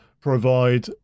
provide